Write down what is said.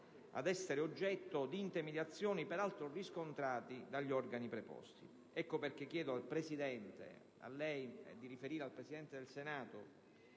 ad essere oggetto di intimidazioni, peraltro riscontrate dagli organi preposti. Ecco perché chiedo a lei di riferire al Presidente del Senato